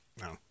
No